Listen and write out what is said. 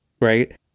right